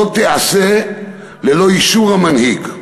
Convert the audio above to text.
לא תיעשה ללא אישור המנהיג.